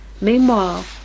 Meanwhile